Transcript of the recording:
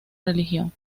religión